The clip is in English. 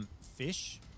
fish